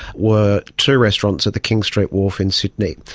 were two restaurants at the king street wharf in sydney.